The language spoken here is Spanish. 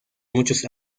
muchos